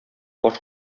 баш